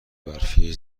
برفی